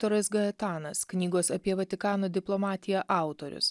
toras gajetanas knygos apie vatikano diplomatiją autorius